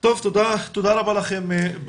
תודה רבה לכם.